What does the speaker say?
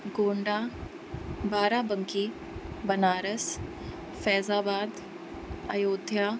Gonda Barabanki Banaras Faizabad Ayodhya